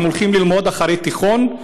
הולכים ללמוד אחרי תיכון.